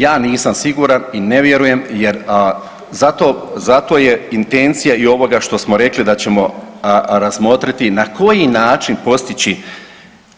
Ja nisam siguran i ne vjerujem jer zato, zato je intencija i ovoga što smo rekli da ćemo razmotriti na koji način postići